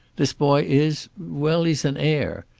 this boy is well, he's an heir.